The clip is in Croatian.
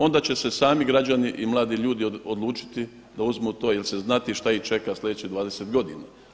Onda će se sami građani i mladi ljudi odlučiti da uzmu to jer će znati šta ih čeka sljedećih 20 godina.